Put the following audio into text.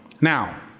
Now